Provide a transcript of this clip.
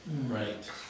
Right